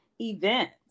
events